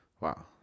Wow